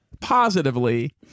positively